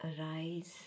arise